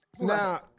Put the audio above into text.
now